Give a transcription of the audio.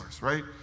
right